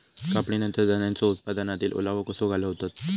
कापणीनंतर धान्यांचो उत्पादनातील ओलावो कसो घालवतत?